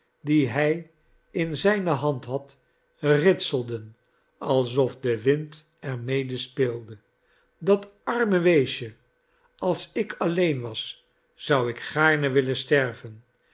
die hij in zijne hand had ritselden alsof de wind er mede speelde dat arme weesje als ik alleen was zou ik gaarne willen sterven